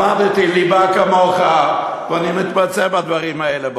למדתי ליבה כמוך ואני מתמצא בדברים האלה,